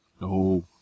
No